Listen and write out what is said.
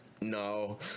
no